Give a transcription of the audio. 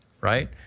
right